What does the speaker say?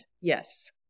Yes